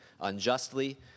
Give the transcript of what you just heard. unjustly